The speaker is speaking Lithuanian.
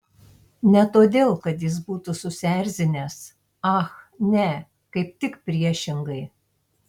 ne todėl kad jis būtų susierzinęs ach ne kaip tik priešingai